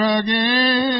again